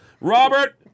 Robert